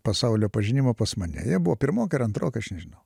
pasaulio pažinimo pas mane jie buvo pirmokai ar antrokai aš nežinau